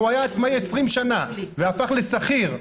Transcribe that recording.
הוא היה עצמאי 20 שנה והפך לשכיר.